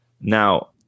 Now